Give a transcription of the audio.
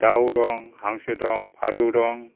दाउ दं हांसो दं फारौ दं